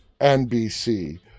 NBC